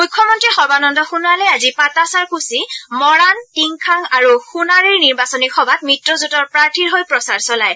মুখ্যমন্ত্ৰী সৰ্বানন্দ সোণোৱালে আজি পাটাছাৰকুছি মৰাণ টিংখাং আৰু সোণাৰীৰ নিৰ্বাচনী সভাত মিত্ৰজোটৰ প্ৰাৰ্থীৰ হৈ প্ৰচাৰ চলায়